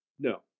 no